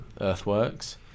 earthworks